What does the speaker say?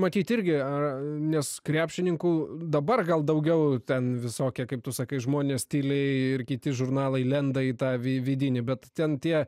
matyt irgi ar nes krepšininkų dabar gal daugiau ten visokie kaip tu sakai žmonės tyli ir kiti žurnalai lenda į tą vidinį bet ten tie